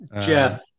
Jeff